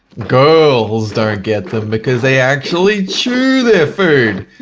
girls don't get them because they actually chew their food,